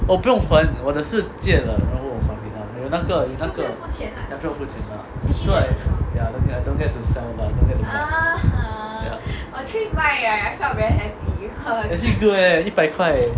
我不用还我的是借的然后我还给他那个那个 ya 不用付钱的 so I don't get to sell like I don't get to 买 actually good leh 一百块